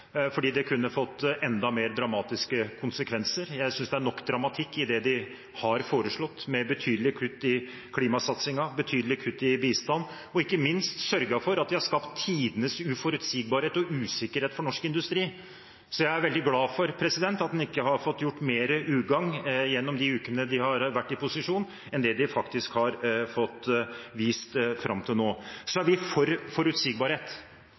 fordi det kunne fått enda mer dramatiske konsekvenser. Jeg synes det er nok dramatikk i det de har foreslått, med betydelige kutt i klimasatsingen, betydelige kutt i bistand, og ikke minst at de har sørget for å skape tidenes uforutsigbarhet og usikkerhet for norsk industri. Jeg er veldig glad for at de ikke har fått gjort mer ugagn gjennom de ukene de har vært i posisjon enn det de faktisk har fått vist fram til nå. Så er vi for forutsigbarhet.